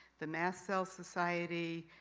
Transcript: the mast cell society,